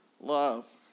love